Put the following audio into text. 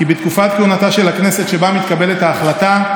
כי בתקופת כהונתה של הכנסת שבה מתקבלת ההחלטה,